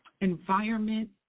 environment